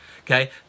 Okay